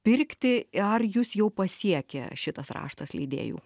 pirkti ar jus jau pasiekė šitas raštas leidėjų